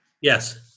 Yes